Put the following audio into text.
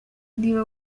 niba